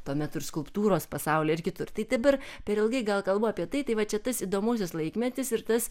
tuomet ir skulptūros pasaulyje ir kitur tai dabar per ilgai gal kalbu apie tai tai va čia tas įdomusis laikmetis ir tas